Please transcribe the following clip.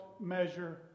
measure